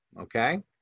Okay